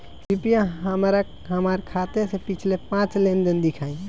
कृपया हमरा हमार खाते से पिछले पांच लेन देन दिखाइ